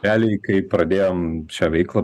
realiai kai pradėjom šią veiklą